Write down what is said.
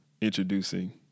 introducing